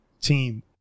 team